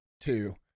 two